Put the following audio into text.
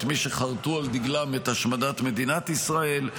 את מי שחרטו על דגלם את השמדת מדינת ישראל,